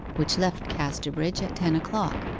which left casterbridge at ten o'clock.